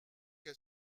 qu’a